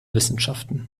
wissenschaften